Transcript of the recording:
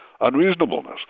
unreasonableness